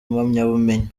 impamyabumenyi